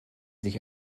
sich